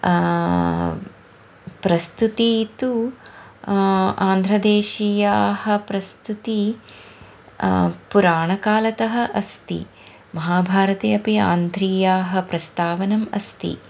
प्रस्तुतिः तु आन्ध्रदेशीयाः प्रस्तुतिः पुराणकालात् अस्ति महाभारते अपि आन्ध्रीयाः प्रस्तावनम् अस्ति